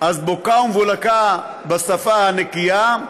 אז בוקה ומבולקה בשפה הנקייה,